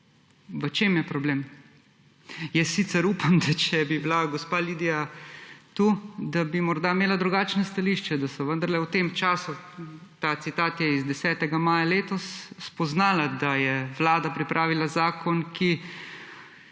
V čem je problem? Sicer upam, da če bi bila gospa Lidija tu, da bi morda imela drugačno stališče, da so vendarle v tem času – ta citat je iz 10. maja letos – spoznala, da je Vlada pripravila zakon, ki